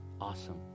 Awesome